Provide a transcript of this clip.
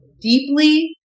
deeply